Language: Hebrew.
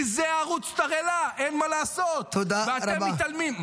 כי זה ערוץ תרעלה, אין מה לעשות, ואתם מתעלמים.